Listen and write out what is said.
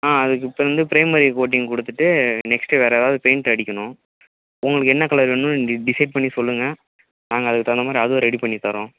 ஆ அதுக்கு இப்போ வந்து ப்ரைமரி கோட்டிங் கொடுத்துட்டு நெக்ஸ்ட்டு வேறு எதாவது பெயிண்ட் அடிக்கணும் உங்களுக்கு என்ன கலர் வேணுன்னு டி டிசைட் பண்ணி சொல்லுங்கள் நாங்கள் அதுக்கு தகுந்தா மாதிரி அதுவும் ரெடி பண்ணித்தரோம்